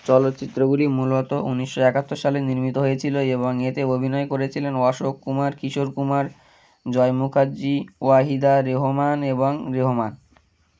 চলচ্চিত্রগুলি মূলত উনিশশো একাত্তর সালে নির্মিত হয়েছিলো এবং এতে অভিনয় করেছিলেন অশোক কুমার কিশোর কুমার জয় মুুখার্জী ওয়াহিদা রহমান এবং রেহমান